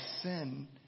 sin